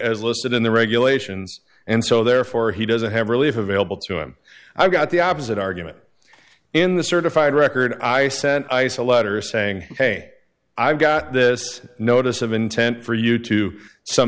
as listed in the regulations and so therefore he doesn't have relief available to him i've got the opposite argument in the certified record i sent ice a letter saying ok i've got this notice of intent for you to some